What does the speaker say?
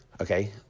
okay